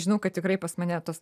žinau kad tikrai pas mane tas